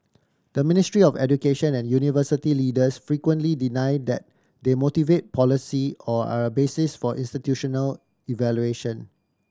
the Ministry of Education and university leaders frequently deny that they motivate policy or are a basis for institutional evaluation